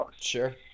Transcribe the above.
Sure